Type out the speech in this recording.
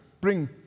bring